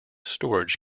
storage